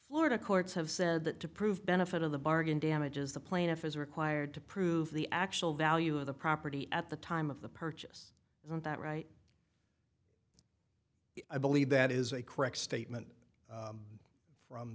florida courts have said that to prove benefit of the bargain damages the plaintiff is required to prove the actual value of the property at the time of the purchase isn't that right i believe that is a correct statement from